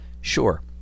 sure